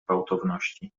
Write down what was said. gwałtowności